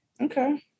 Okay